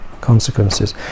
consequences